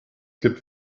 gibt